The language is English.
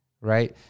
Right